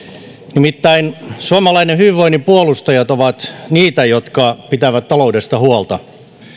nimittäin suomalaisen hyvinvoinnin puolustajat ovat niitä jotka pitävät taloudesta huolta